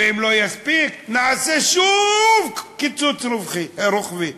ואם לא יספיק נעשה שוב קיצוץ רוחבי.